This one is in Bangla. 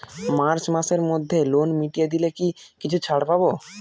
মার্চ মাসের মধ্যে লোন মিটিয়ে দিলে কি কিছু ছাড় পাব?